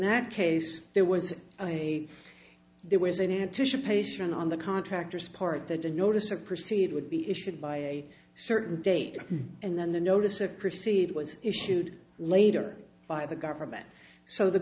that case there was a there was an anticipation on the contractors part that the notice of proceed would be issued by a certain date and then the notice of proceed was issued later by the government so the